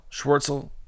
Schwartzel